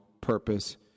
purpose